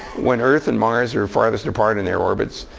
when earth and mars are farthest apart in their orbits,